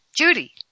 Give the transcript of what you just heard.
Judy